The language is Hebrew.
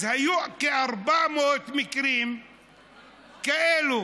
אז היו כ-400 מקרים כאלה